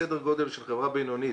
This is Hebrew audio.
סדר גודל של חברה בינונית,